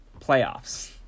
playoffs